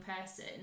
person